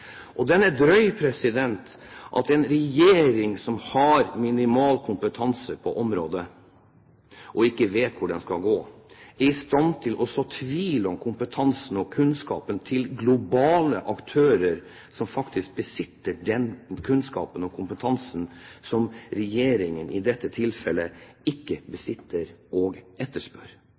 er drøyt at en regjering, som har minimal kompetanse på området og ikke vet hvor den skal gå, sår tvil om kompetansen og kunnskapen til globale aktører som faktisk besitter den kunnskapen og kompetansen som regjeringen i dette tilfellet ikke besitter og etterspør.